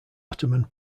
ottoman